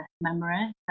memory